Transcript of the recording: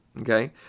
Okay